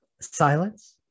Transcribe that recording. silence